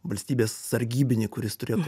valstybės sargybinį kuris turėtų